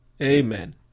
Amen